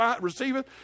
receiveth